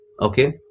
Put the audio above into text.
okay